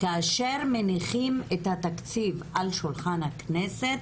כאשר מניחים את התקציב על שולחן הכנסת,